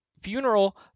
funeral